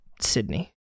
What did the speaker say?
Sydney